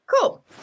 Cool